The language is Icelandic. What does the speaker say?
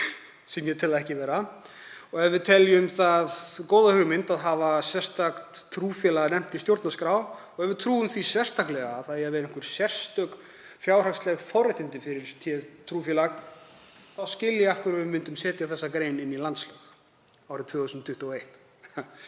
sem ég tel það ekki vera, og ef við teljum það góða hugmynd að hafa sérstakt trúfélag nefnt í stjórnarskrá og ef við trúum því sérstaklega að það eigi að vera einhver sérstök fjárhagsleg forréttindi fyrir téð trúfélag, þá skil ég af hverju við myndum setja þessa grein inn í landslög árið 2021.